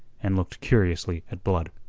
and looked curiously at blood.